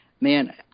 Man